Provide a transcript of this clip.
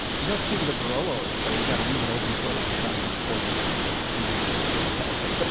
you don't have to keep with a barolo is though you got to leave it open for a long time before you drink it. and then it's just fantastic. but